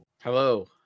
hello